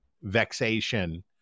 vexation